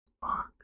Fuck